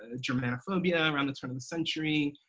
ah germanophobia, around the turn of the century,